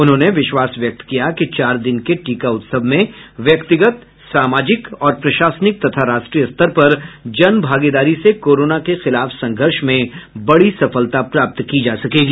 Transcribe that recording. उन्होंने विश्वास व्यक्त किया कि चार दिन के टीका उत्सव में व्यक्तिगत सामाजिक और प्रशासनिक तथा राष्ट्रीय स्तर पर जन भागीदारी से कोरोना के खिलाफ संघर्ष में बड़ी सफलता प्राप्त की जा सकेगी